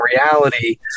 reality